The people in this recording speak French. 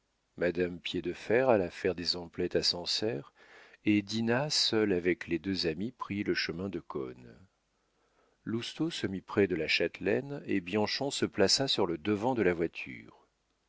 souveraine madame piédefer alla faire des emplettes à sancerre et dinah seule avec les deux amis prit le chemin de cosne lousteau se mit près de la châtelaine et bianchon se plaça sur le devant de la voiture